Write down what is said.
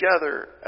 together